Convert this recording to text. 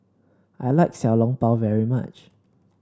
I like Xiao Long Bao very much